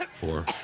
Four